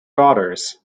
daughters